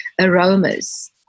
aromas